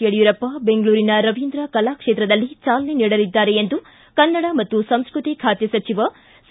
ಯಡಿಯೂರಪ್ಪ ಬೆಂಗಳೂರಿನ ರವೀಂದ್ರ ಕಲಾಕ್ಷೇತ್ರದಲ್ಲಿ ಚಾಲನೆ ನೀಡಲಿದ್ದಾರೆ ಎಂದು ಕನ್ನಡ ಮತ್ತು ಸಂಸ್ಕೃತಿ ಖಾತೆ ಸಚಿವ ಸಿ